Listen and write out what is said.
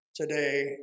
today